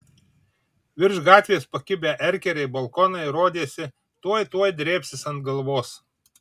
virš gatvės pakibę erkeriai balkonai rodėsi tuoj tuoj drėbsis ant galvos